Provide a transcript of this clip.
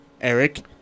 Eric